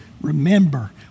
remember